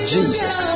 Jesus